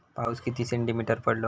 पाऊस किती सेंटीमीटर पडलो?